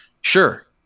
sure